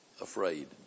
afraid